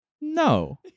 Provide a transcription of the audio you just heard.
No